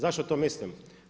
Zašto to mislim?